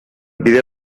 bide